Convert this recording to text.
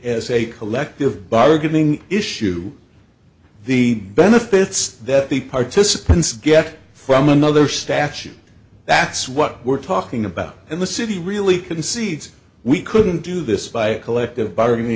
as a collective bargaining issue the benefits that the participants get from another statute that's what we're talking about and the city really concedes we couldn't do this by a collective bargaining